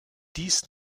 dies